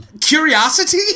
curiosity